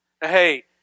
Hey